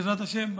בעזרת השם,